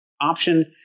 option